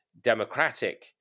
democratic